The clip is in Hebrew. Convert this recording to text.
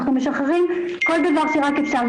אנחנו משחררים כל דבר שרק אפשר,